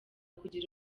kugira